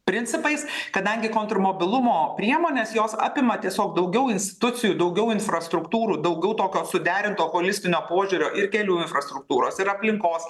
principais kadangi kontrmobilumo priemonės jos apima tiesiog daugiau institucijų daugiau infrastruktūrų daugiau tokio suderinto holistinio požiūrio ir kelių infrastruktūros ir aplinkos